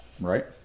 Right